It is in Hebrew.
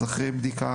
אחרי בדיקה,